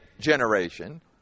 generation